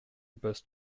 passe